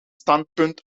standpunt